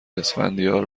اسفندیار